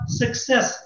success